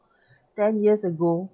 ten years ago